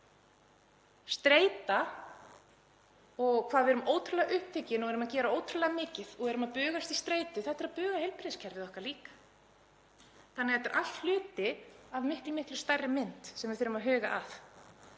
Streita, hvað við erum ótrúlega upptekin og erum að gera ótrúlega mikið og erum að bugast í streitu, er líka að buga heilbrigðiskerfið okkar. Þetta er allt hluti af miklu stærri mynd sem við þurfum að huga að.